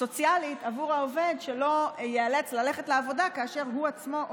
סוציאלית עבור העובד שלא ייאלץ ללכת לעבודה כאשר הוא עצמו,